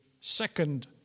second